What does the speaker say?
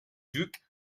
duc